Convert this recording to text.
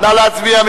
נא להצביע.